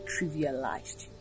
trivialized